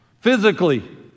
physically